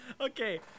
Okay